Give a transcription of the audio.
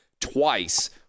twice